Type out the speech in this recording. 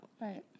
Right